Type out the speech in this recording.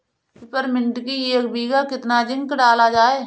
Peppermint की एक बीघा कितना जिंक डाला जाए?